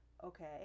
Okay